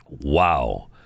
wow